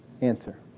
answer